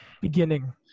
beginning